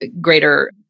greater